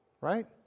right